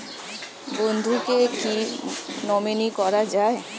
বন্ধুকে কী নমিনি করা যায়?